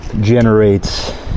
generates